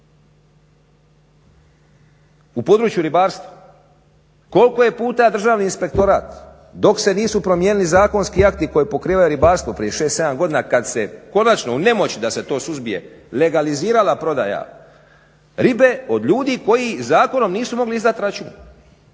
u području ribarstva. Koliko je puta Državni inspektorat dok se nisu promijenili zakonski akti koje pokrivaju ribarstvo prije 6, 7 godina kada se konačno u nemoći da se to suzbije legalizirala prodaja ribe od ljudi koji zakonom nisu mogli izdati račun,